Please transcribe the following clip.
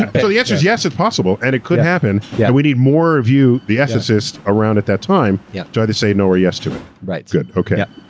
so the answer's yes, if possible, and it could happen, but yeah we need more of you, the ethicists, around at that time, yeah to either say no or yes to it. right. good, okay.